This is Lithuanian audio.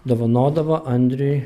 dovanodavo andriui